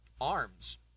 ARMS